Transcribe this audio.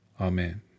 Amen